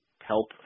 help